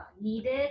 needed